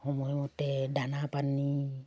সময়মতে দানা পানী